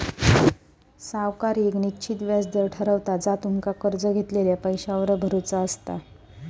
सावकार येक निश्चित व्याज दर ठरवता जा तुमका कर्ज घेतलेल्या पैशावर भरुचा असता